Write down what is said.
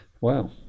Wow